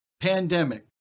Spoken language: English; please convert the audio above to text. pandemic